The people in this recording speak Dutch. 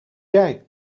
jij